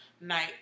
night